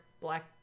black